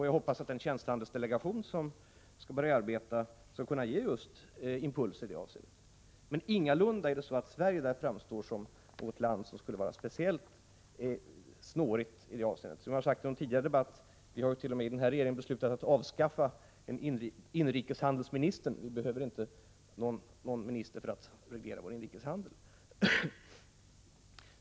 Jag hoppas att den tjänstehandelsdelegation som skall börja arbeta kommer att kunna ge impulser i just detta avseende. Men ingalunda är det så att Sverige framstår som ett land som skulle vara speciellt snårigt på det här området. Som jag sagt i någon tidigare debatt har ju den här regeringen t.o.m. beslutat att avskaffa inrikeshandelsministern, eftersom vi inte behöver någon minister för att reglera vår inrikeshandel.